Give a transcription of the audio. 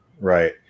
Right